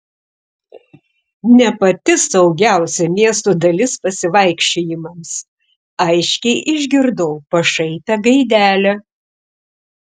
ne pati saugiausia miesto dalis pasivaikščiojimams aiškiai išgirdau pašaipią gaidelę